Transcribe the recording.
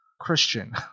Christian